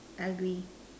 I agree